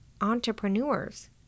entrepreneurs